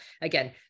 Again